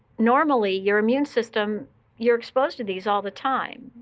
normally, your immune system you're exposed to these all the time.